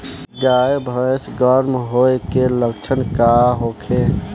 गाय भैंस गर्म होय के लक्षण का होखे?